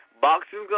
Boxing